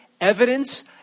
evidence